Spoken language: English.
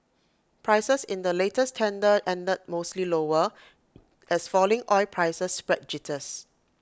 prices in the latest tender ended mostly lower as falling oil prices spread jitters